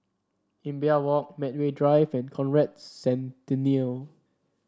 Imbiah Walk Medway Drive and Conrad Centennial